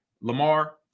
Lamar